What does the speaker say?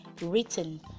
written